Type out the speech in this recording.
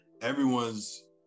everyone's